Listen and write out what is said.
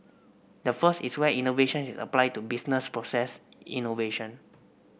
the first is where innovation is applied to business process innovation